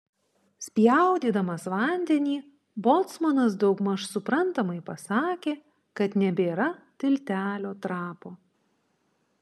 spjaudydamas vandenį bocmanas daugmaž suprantamai pasakė kad nebėra tiltelio trapo